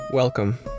Welcome